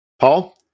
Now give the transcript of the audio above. Paul